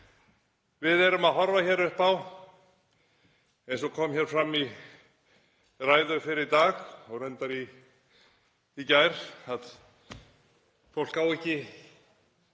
Við erum að horfa upp á, eins og kom fram í ræðu fyrr í dag og reyndar í gær, að fólk á ekki